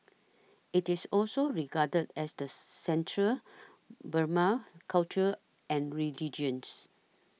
it is also regarded as the centre Burmese culture and religions